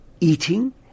eating